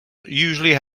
usually